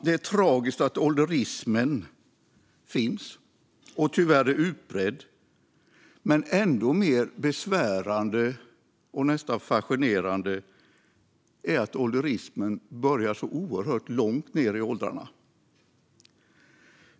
Det är tragiskt att ålderismen finns och tyvärr är utbredd, men ännu mer besvärande och nästan fascinerande är att ålderismen börjar så oerhört långt ned i åldrarna.